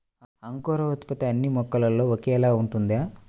అంకురోత్పత్తి అన్నీ మొక్కల్లో ఒకేలా ఉంటుందా?